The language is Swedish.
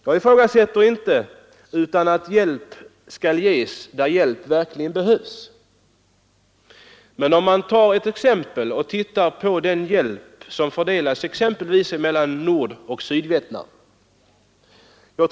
Jag ifrågasätter inte att hjälp ges där hjälp verkligen behövs, men vi kan ju titta exempelvis på fördelningen av hjälpinsatser mellan Nordoch Sydvietnam.